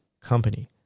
company